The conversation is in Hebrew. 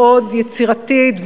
מאוד יצירתית,